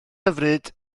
hyfryd